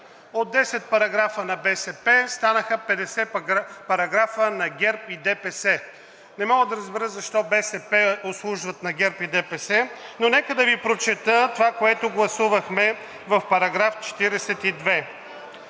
от 10 параграфа на БСП, станаха 50 параграфа на ГЕРБ и ДПС. Не мога да разбера защо БСП услужват на ГЕРБ и ДПС, но нека да Ви прочета това, което гласувахме в § 42: